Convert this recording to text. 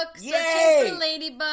Yay